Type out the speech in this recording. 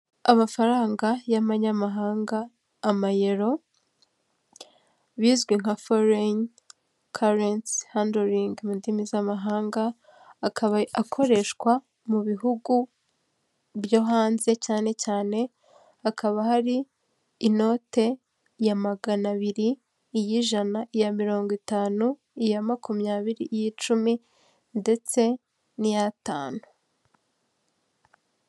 Amafaranga y'amanyamahanga amayero bizwi nka foreyini karensi handoringi mu ndimi z'amahanga akaba akoreshwa mu bihugu byo hanze cyane cyane hakaba hari inote ya magana abiri, iy'ijanaya, iya mirongo itanu, iya makumyabiri, iy'icumi ndetse n'iy'atanu.